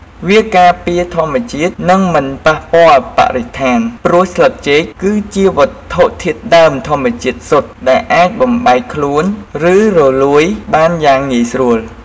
វាការពារធម្មជាតិ និងមិនប៉ះពាល់បរិស្ថាន ព្រោះស្លឹកចេកគឺជាវត្ថុធាតុដើមធម្មជាតិសុទ្ធ ដែលអាចបំបែកខ្លួន ឬរលួយបានយ៉ាងងាយស្រួល ។